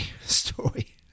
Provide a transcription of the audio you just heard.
story